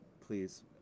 please